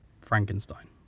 Frankenstein